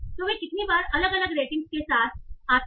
तो वे कितनी बार अलग अलग रेटिंग के साथ आते हैं